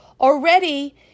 already